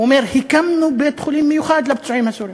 הוא אומר: הקמנו בית-חולים מיוחד לפצועים הסורים.